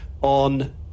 on